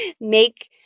make